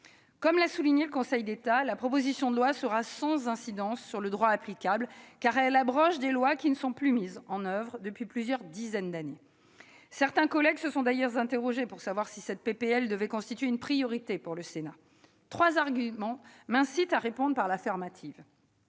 Comme l'a souligné le Conseil d'État, la proposition de loi sera sans incidence sur le droit applicable, car elle abroge des lois qui ne sont plus mises en oeuvre depuis plusieurs dizaines d'années. Certains collègues se sont d'ailleurs interrogés pour savoir si cette proposition de loi devait constituer une priorité pour le Sénat. Trois arguments m'incitent à répondre par l'affirmative.